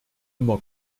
immer